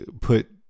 put